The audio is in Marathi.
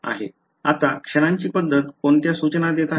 आता क्षणांची पद्धत कोणत्या सूचना देत आहेत